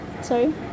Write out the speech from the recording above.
sorry